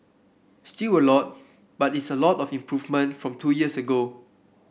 still a lot but it's a lot of improvement from two years ago